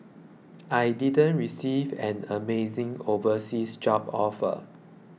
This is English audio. I didn't receive an amazing overseas job offer